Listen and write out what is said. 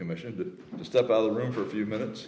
commission to step out of the room for a few minutes